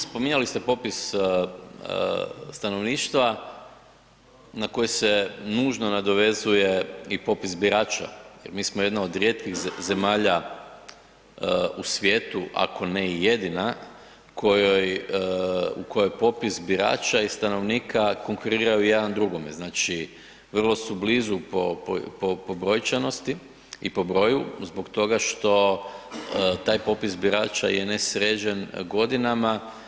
Spominjali ste popis stanovništva na koje se nužno nadovezuje i popis birača jer mi smo jedna od rijetkih zemalja u svijetu, ako ne i jedina, u kojoj popis birača i stanovnika konkuriraju jedan drugome, znači vrlo su blizu po brojčanosti i po broju zbog toga što taj popis birača je nesređen godinama.